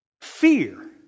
Fear